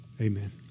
Amen